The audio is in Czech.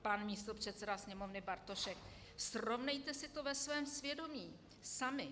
Pan místopředseda Sněmovny Bartošek: Srovnejte si to ve svém svědomí sami.